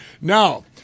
Now